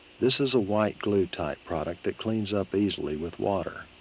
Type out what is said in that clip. this is a white glue type product that cleans up easily with water.